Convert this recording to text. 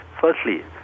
firstly